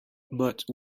but